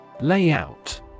Layout